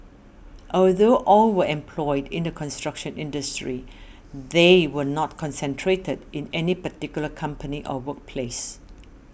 although all were employed in the construction industry they were not concentrated in any particular company or workplace